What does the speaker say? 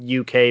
uk